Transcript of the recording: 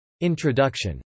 Introduction